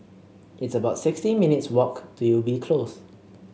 it's about sixty minutes' walk to Ubi Close